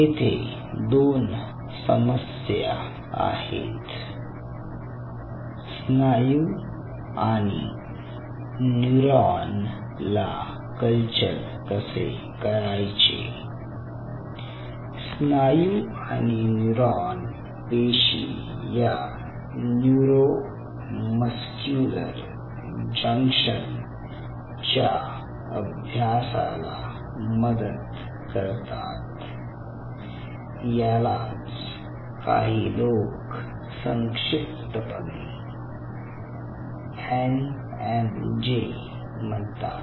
येथे दोन समस्या आहेत स्नायू आणि न्यूरॉन ला कल्चर कसे करायचे स्नायू आणि न्यूरॉन पेशी या न्यूरो मस्क्युलर जंक्शन च्या अभ्यासाला मदत करतात यालाच काही लोक संक्षिप्तपणे एनएमजे म्हणतात